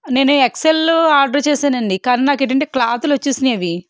నేను XL order చేసానండి కానీ నాకేంటంటే క్లాతులొచ్చేసినాయవి